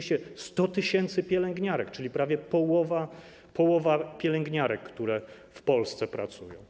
100 tys. pielęgniarek, czyli prawie połowa pielęgniarek, które w Polsce pracują.